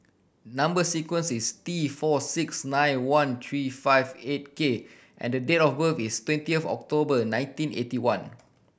number sequence is T four six nine one three five eight K and the date of birth is twenty of October nineteen eighty one